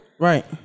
right